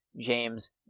James